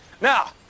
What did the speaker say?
now